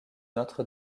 notre